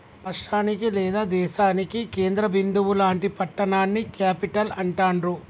రాష్టానికి లేదా దేశానికి కేంద్ర బిందువు లాంటి పట్టణాన్ని క్యేపిటల్ అంటాండ్రు